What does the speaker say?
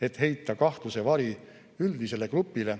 et heita kahtluse vari üldisele grupile,